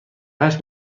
هشت